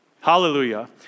Hallelujah